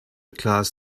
class